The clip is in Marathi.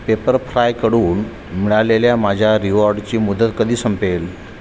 पेपरफ्रायकडून मिळालेल्या माझ्या रिवॉर्डची मुदत कधी संपेल